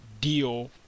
deal